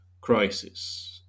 crisis